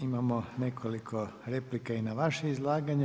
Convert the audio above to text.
Imamo nekoliko replika i na vaše izlaganje.